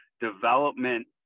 development